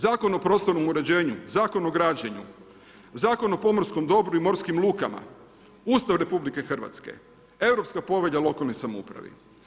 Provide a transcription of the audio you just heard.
Zakon o prostornom uređenju, Zakon o građenju, Zakon o pomorskom dobru i morskim lukama, Ustav RH, Europska povelja o lokalnoj samoupravi.